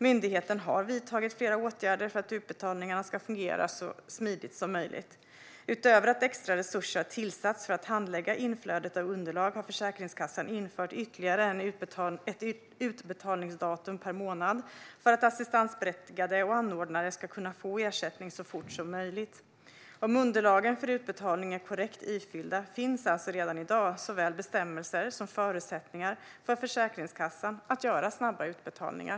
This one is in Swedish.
Myndigheten har vidtagit flera åtgärder för att utbetalningarna ska fungera så smidigt som möjligt. Utöver att extra resurser har tillsatts för att handlägga inflödet av underlag har Försäkringskassan infört ytterligare ett utbetalningsdatum per månad för att assistansberättigade och anordnare ska kunna få ersättning så fort som möjligt. Om underlagen för utbetalning är korrekt ifyllda finns alltså redan i dag såväl bestämmelser som förutsättningar för Försäkringskassan att göra snabba utbetalningar.